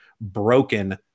broken